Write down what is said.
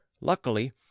luckily